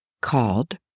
called